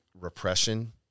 repression